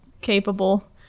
capable